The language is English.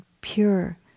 pure